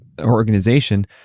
organization